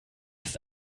ist